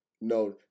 No